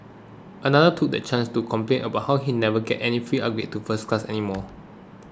another took the chance to complain about how he never gets any free upgrades to first class anymore